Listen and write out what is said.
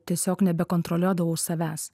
tiesiog nebekontroliuodavau savęs